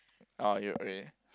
are you re~